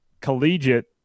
collegiate